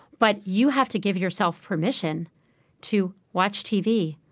but you have to give yourself permission to watch tv,